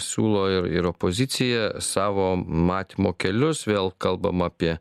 siūlo ir ir opozicija savo matymo kelius vėl kalbama apie